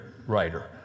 writer